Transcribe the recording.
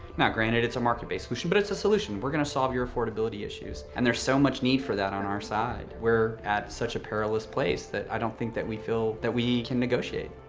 now granted it's a market-based solution, but it's a solution, we're gonna solve your affordability issues. and there's so much need for that on our side. we're at such a perilous place that i don't think that we feel that we can negotiate.